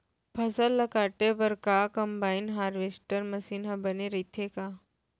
फसल ल काटे बर का कंबाइन हारवेस्टर मशीन ह बने रइथे का?